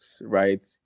right